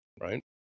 right